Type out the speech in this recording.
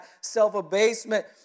self-abasement